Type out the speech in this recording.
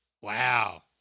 Wow